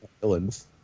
villains